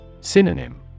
Synonym